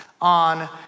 on